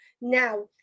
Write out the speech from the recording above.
now